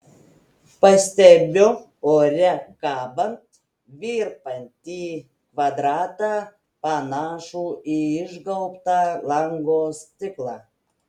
pastebiu ore kabant virpantį kvadratą panašų į išgaubtą lango stiklą